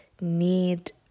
need